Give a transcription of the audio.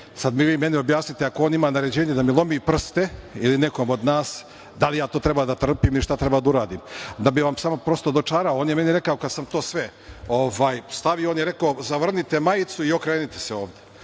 Sada vi meni objasnite, ako on ima naređenje da mi lomi prste ili nekome od nas, da li ja to treba da trpim i šta treba da uradim. Da bih vam samo prosto dočarao, kada sam to sve stavio, on je rekao – zavrnite majicu i okrenite se ovde.